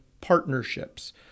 partnerships